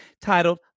titled